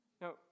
No